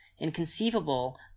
inconceivable